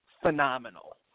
Phenomenal